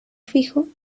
fijo